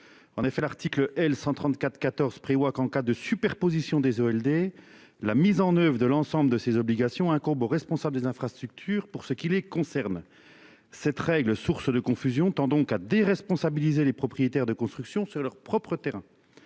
En effet, l'article L 134 14 prévoit qu'en cas de superposition des ALD. La mise en oeuvre de l'ensemble de ses obligations incombe au responsable des infrastructures pour ce qui les concerne. Cette règle, source de confusion tend donc à déresponsabiliser les propriétaires de construction sur leur propre terrain.